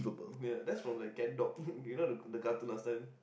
ya that's from like Catdog you know the the cartoon last time